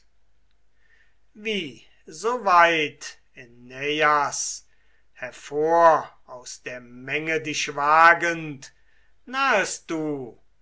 so weit äneias hervor aus der menge dich wagend nahest du